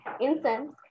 incense